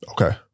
Okay